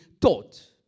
taught